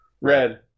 red